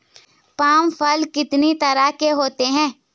Palm फल कितनी तरह के होते हैं?